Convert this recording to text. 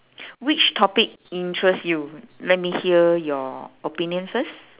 which topic interest you let me hear your opinion first